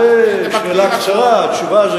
התשובה,